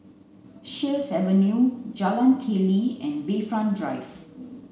Sheares Avenue Jalan Keli and Bayfront Drive